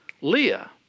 Leah